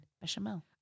Bechamel